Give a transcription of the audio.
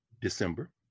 December